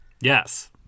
Yes